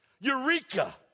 Eureka